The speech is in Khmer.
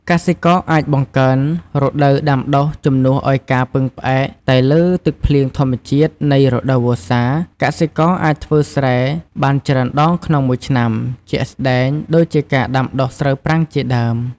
កសិករអាចបង្កើនរដូវដាំដុះជំនួសឱ្យការពឹងផ្អែកតែលើទឹកភ្លៀងធម្មជាតិនៃរដូវវស្សា កសិករអាចធ្វើស្រែបានច្រើនដងក្នុងមួយឆ្នាំ ជាក់ស្ដែងដូចជាការដាំដុះស្រូវប្រាំងជាដើម។